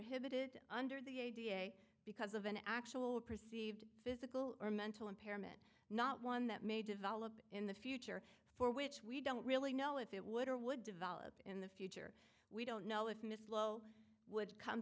ed under the a da because of an actual perceived physical or mental impairment not one that may develop in the future for which we don't really know if it would or would develop in that we don't know if miss lowe would come